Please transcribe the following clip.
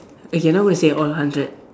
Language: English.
okay not gonna say all hundred